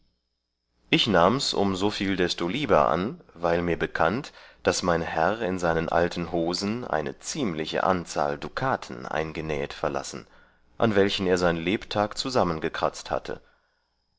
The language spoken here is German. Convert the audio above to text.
ich nahms um soviel desto lieber an weil mir bekannt daß mein herr in seinen alten hosen eine ziemliche anzahl dukaten eingenähet verlassen an welchen er sein lebtag zusammengekratzt hatte